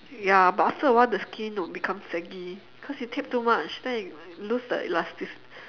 ya but after a while the skin will become saggy cause you tape too much then you lose the elasticity